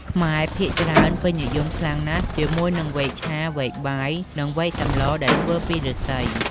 ខ្មែរភាគច្រើនពេញនិយមខ្លាំងណាស់ជាមួយនឹងវែកឆា វែកបាយ និងវែកសម្លដែលធ្វើពីឫស្សី។